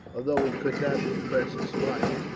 although he could not repress a smile